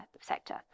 sector